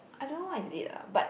I don't know what is it ah but